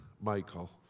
Michael